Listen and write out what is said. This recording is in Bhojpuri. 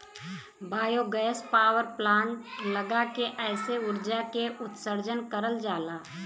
बायोगैस पावर प्लांट लगा के एसे उर्जा के उत्सर्जन करल जाला